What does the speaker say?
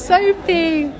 Sophie